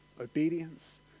obedience